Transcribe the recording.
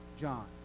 John